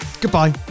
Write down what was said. goodbye